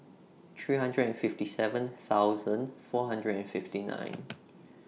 three hundred and fifty seven thousand four hundred and fifty nine